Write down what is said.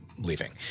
Leaving